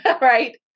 right